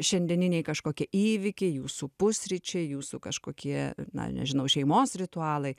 šiandieniniai kažkokie įvykiai jūsų pusryčiai jūsų kažkokie na nežinau šeimos ritualai